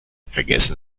vergessen